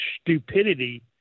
stupidity